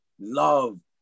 love